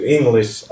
English